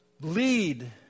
lead